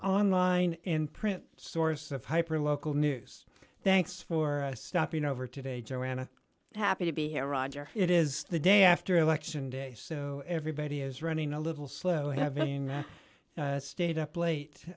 online in print source of hyper local news thanks for stopping over today joanna happy to be here roger it is the day after election day so everybody is running a little slow having stayed up late